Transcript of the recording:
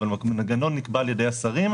אבל המנגנון נקבע על ידי השרים,